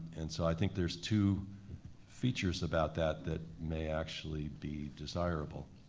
and so i think there's two features about that that may actually be desirable.